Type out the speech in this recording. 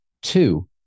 Two